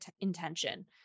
intention